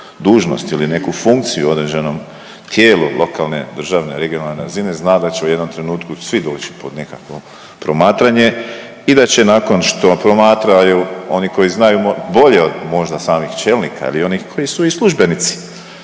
dužnost ili neku funkciju u određenom tijelu, lokalne, državne, regionalne razine zna da će u jednom trenutku svi doći pod nekakvo promatranje i da će nakon što promatraju oni koji znaju bolje od možda samih čelnika ili onih koji su i službenici